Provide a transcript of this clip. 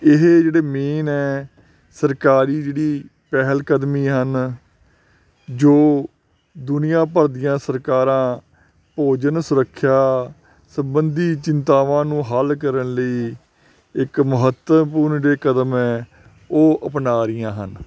ਇਹ ਜਿਹੜੇ ਮੇਨ ਆ ਸਰਕਾਰੀ ਜਿਹੜੀ ਪਹਿਲ ਕਦਮੀ ਹਨ ਜੋ ਦੁਨੀਆਂ ਭਰ ਦੀਆਂ ਸਰਕਾਰਾਂ ਭੋਜਨ ਸੁਰੱਖਿਆ ਸਬੰਧੀ ਚਿੰਤਾਵਾਂ ਨੂੰ ਹੱਲ ਕਰਨ ਲਈ ਇੱਕ ਮਹੱਤਵਪੂਰਨ ਦੀ ਕਦਮ ਹੈ ਉਹ ਅਪਣਾ ਰਹੀਆਂ ਹਨ